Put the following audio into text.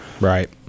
right